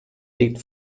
legt